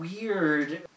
weird